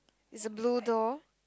is a blue door